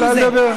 תנו לה לדבר.